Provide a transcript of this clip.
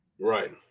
Right